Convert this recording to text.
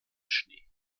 schnee